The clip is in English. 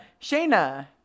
Shayna